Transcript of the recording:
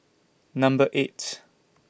Number eight